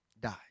dies